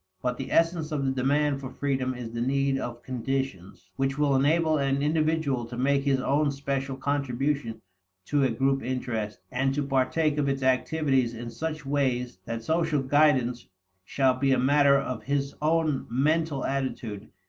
but the essence of the demand for freedom is the need of conditions which will enable an individual to make his own special contribution to a group interest, and to partake of its activities in such ways that social guidance shall be a matter of his own mental attitude,